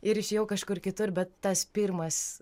ir išėjau kažkur kitur bet tas pirmas